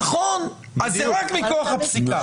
נכון, אז זה רק מכוח הפסיקה.